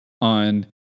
on